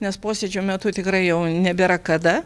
nes posėdžio metu tikrai jau nebėra kada